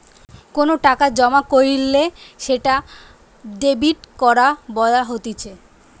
কোনো টাকা জমা কইরলে সেটা ডেবিট করা বলা হতিছে